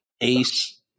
Ace